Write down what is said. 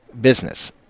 business